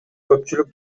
көпчүлүк